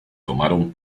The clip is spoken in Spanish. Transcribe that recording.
tomaron